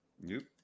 nope